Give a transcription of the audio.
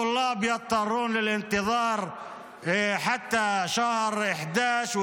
התלמידים --- עד חודש נובמבר,